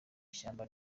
ishyamba